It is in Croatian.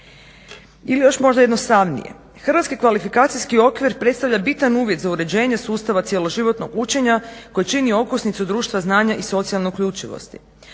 Ili još možda jednostavnije. Hrvatski kvalifikacijski okvir predstavlja bitan uvid za uređenje sustava cjeloživotnog učenja koje čini okosnicu društva znanja i socijalne uključivosti.